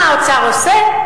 מה האוצר עושה?